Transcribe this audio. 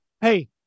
Hey